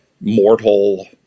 mortal